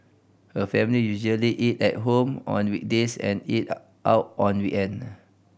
her family usually eat at home on weekdays and eat out on weekend